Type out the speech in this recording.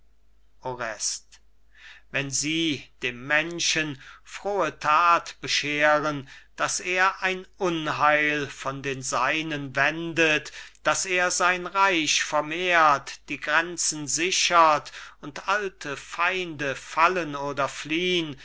wenn sie dem menschen frohe that bescheren daß er ein unheil von den seinen wendet daß er sein reich vermehrt die gränzen sichert und alte feinde fallen oder fliehn